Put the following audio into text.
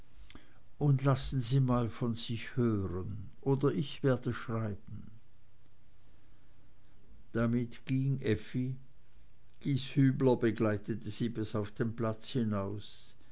und lassen sie einmal von sich hören oder ich werde schreiben damit ging effi gieshübler begleitete sie bis auf den platz hinaus